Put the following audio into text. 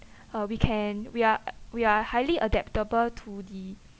uh we can we are we are highly adaptable to the